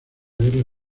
guerra